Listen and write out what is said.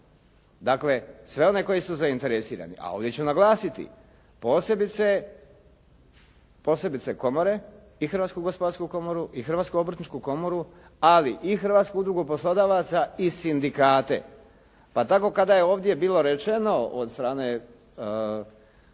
dakle sve one koji su zainteresirani, a ovdje ću naglasiti posebice komore i Hrvatsku gospodarsku komoru i Hrvatsku obrtničku komoru, ali i Hrvatsku udrugu poslodavaca i sindikate. Pa tako kada je ovdje bilo rečeno od strane